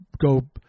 go